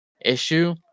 issue